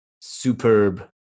superb